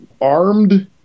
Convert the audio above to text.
armed